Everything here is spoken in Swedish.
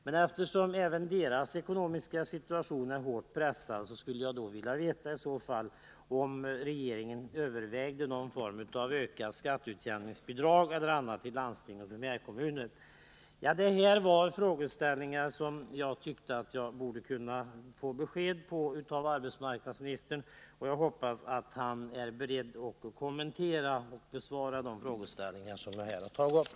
Men eftersom även deras ekonomiska situation är hårt pressad, skulle jag i stället vilja veta om regeringen överväger t.ex. att i någon form öka skatteutjämningsbidragen till landsting och primärkommuner. Jag tycker att jag borde kunna få besked från arbetsmarknadsministern på dessa punkter. Jag hoppas att han är beredd att besvara och kommentera de frågeställningar som jag tagit upp.